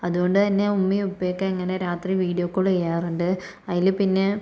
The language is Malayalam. അതുകൊണ്ട് തന്നെ ഉമ്മയും ഉപ്പയും ഒക്കെ ഇങ്ങനെ രാത്രി വീഡിയോ കോൾ ചെയ്യാറുണ്ട് അതില് പിന്നെ